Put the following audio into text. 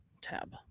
tab